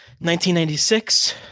1996